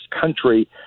country